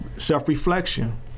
Self-reflection